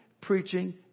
preaching